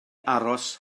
aros